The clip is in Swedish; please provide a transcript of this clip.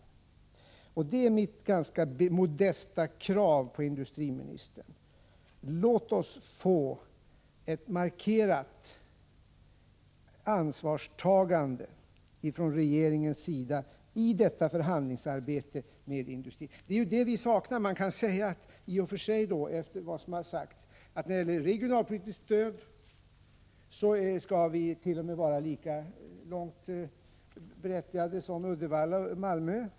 Mitt ganska modesta krav på industriministern är alltså: Låt oss få ett markerat ansvarstagande från regeringens sida i detta förhandlingsarbete med industrin. Det är ju det som vi saknar. Det har här talats om att vi skulle vara berättigade till regionalpolitiskt stöd it.o.m. lika hög utsträckning som Uddevalla och Malmö.